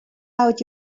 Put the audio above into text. out